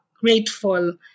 grateful